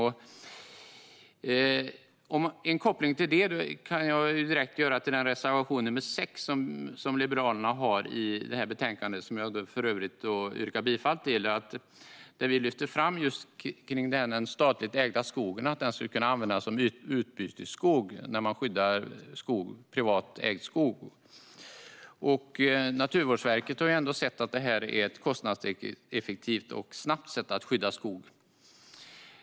Här kan jag direkt göra en koppling till Liberalernas reservation nr 6 i betänkandet, som jag för övrigt yrkar bifall till. Där lyfter vi fram just att den statligt ägda skogen skulle kunna användas som utbytesskog när man skyddar privatägd skog. Naturvårdsverket ser det som ett kostnadseffektivt och snabbt sätt att skydda skog.